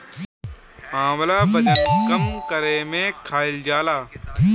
आंवला वजन कम करे में खाईल जाला